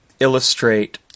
Illustrate